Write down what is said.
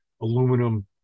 aluminum